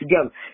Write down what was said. together